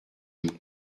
joues